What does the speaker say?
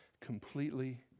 completely